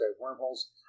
wormholes